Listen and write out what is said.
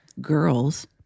girls